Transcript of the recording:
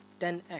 10X